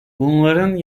bunların